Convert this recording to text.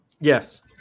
Yes